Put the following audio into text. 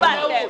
גפני,